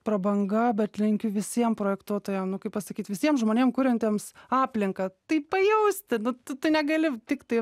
prabanga bet linkiu visiem projektuotojam nu kaip pasakyt visiem žmonėm kuriantiems aplinką tai pajausti nu tu tu negali tiktai